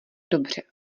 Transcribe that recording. dobře